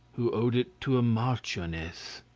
who owed it to a marchioness,